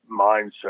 mindset